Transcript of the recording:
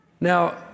Now